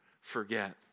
forget